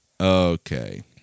okay